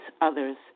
others